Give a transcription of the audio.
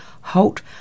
halt